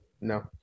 no